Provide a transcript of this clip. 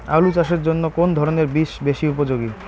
আলু চাষের জন্য কোন ধরণের বীজ বেশি উপযোগী?